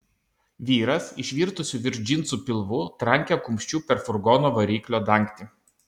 vyras išvirtusiu virš džinsų pilvu trankė kumščiu per furgono variklio dangtį